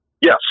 Yes